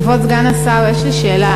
כבוד סגן השר, יש לי שאלה.